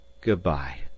Goodbye